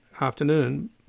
afternoon